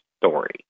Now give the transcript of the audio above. story